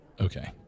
okay